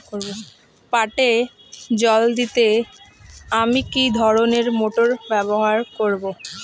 পাটে জল দিতে আমি কি ধরনের মোটর ব্যবহার করব?